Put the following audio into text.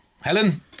Helen